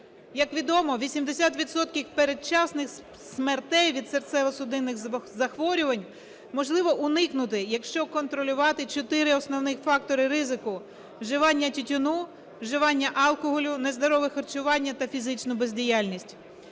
80 відсотків передчасних смертей від серцево-судинних захворювань можливо уникнути, якщо контролювати чотири основних фактори ризику: вживання тютюну, вживання алкоголю, нездорове харчування та фізичну бездіяльність.